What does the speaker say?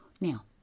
Now